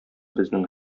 безнең